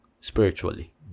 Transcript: spiritually